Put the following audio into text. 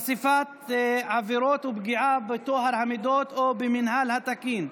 (חשיפת עבירות ופגיעה בטוהר המידות או במינהל התקין)